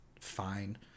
fine